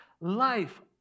life